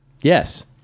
Yes